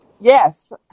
yes